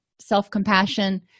self-compassion